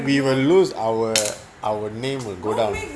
we will lose our our name will go down